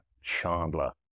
Chandler